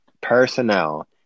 personnel